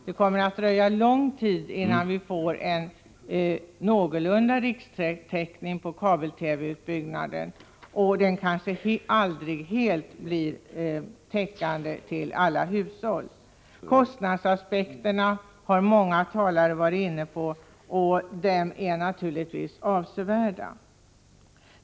Det kommer att dröja lång tid innan vi får en någorlunda rikstäckning på kabel-TV-utbyggnaden — den kanske aldrig blir helt täckande till alla hushåll. Kostnadsaspekterna har många talare varit inne på, och kostnaderna är naturligtvis avsevärda.